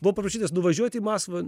buvau paprašytas nuvažiuoti į maskvą